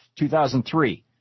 2003